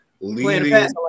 leading